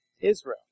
Israel